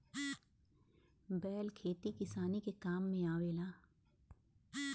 बैल खेती किसानी के काम में आवेला